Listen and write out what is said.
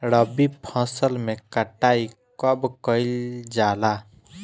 रबी फसल मे कटाई कब कइल जाला?